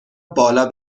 بالا